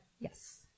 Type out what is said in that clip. Yes